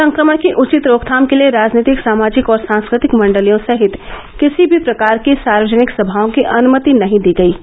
संक्रमण की उचित रोकथाम के लिए राजनीतिक सामाजिक और सांस्कृतिक मंडलियों सहित किसी भी प्रकार की सार्वजनिक सभाओं की अनुमति नहीं दी गई है